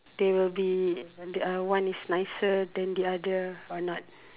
they will be uh one is nicer than another or not